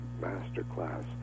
Masterclass